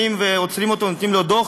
עוצרים אותו ונותנים לו דוח,